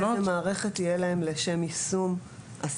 זה תלוי איזו מערכת תהיה להם לשם יישום הסמכות.